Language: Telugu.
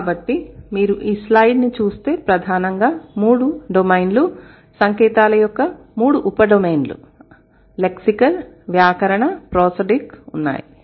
కాబట్టి మీరు ఈ స్లయిడ్ను చూస్తే ప్రధానంగా మూడు డొమైన్లు సంకేతాల యొక్క మూడు ఉప డొమైన్లు లెక్సికల్ వ్యాకరణ ప్రోసోడిక్ ఉన్నాయి